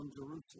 Jerusalem